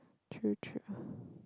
true true